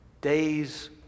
day's